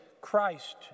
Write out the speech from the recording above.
Christ